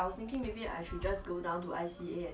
but is your mum your mum in singapore right